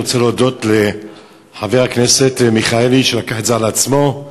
אני רוצה להודות לחבר הכנסת מיכאלי שלקח את זה על עצמו.